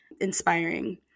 inspiring